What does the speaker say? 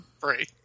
free